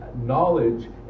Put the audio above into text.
knowledge